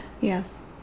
Yes